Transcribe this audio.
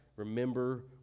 remember